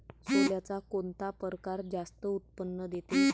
सोल्याचा कोनता परकार जास्त उत्पन्न देते?